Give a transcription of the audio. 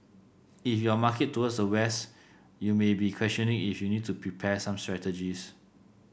if your market towards the West you may be questioning if you need to prepare some strategies